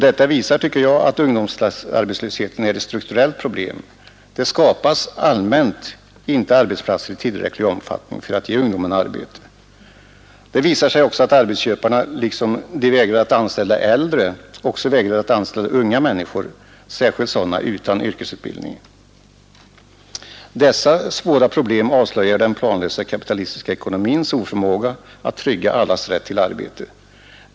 Detta visar att ungdomsarbetslösheten är ett strukturellt problem. Det skapas heller inte arbetsplatser i tillräcklig omfattning för att ge ungdomen arbete. Det visar sig dessutom att arbetsköparna, som ofta vägrar att anställa äldre arbetskraft, också vägrar att anställa unga människor — särskilt ungdomar som är utan yrkesutbildning. Dessa svåra problem avslöjar den planlösa kapitalistiska ekonomins oförmåga att trygga allas rätt till arbete.